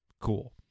Cool